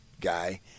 guy